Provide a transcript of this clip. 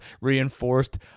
reinforced